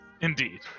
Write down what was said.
Indeed